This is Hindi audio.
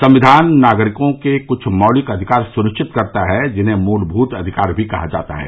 संक्घान नागरिकों के क्छ मौलिक अधिकार सुनिश्चित करता है जिन्हें मुलभूत अधिकार भी कहा जाता है